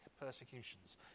persecutions